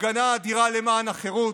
הפגנה אדירה למען החירות,